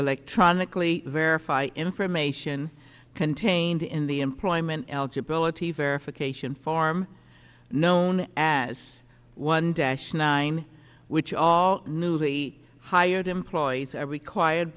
electronically verify information contained in the employment eligibility for a cation form known as one dash nine which all newly hired employees are required